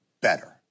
better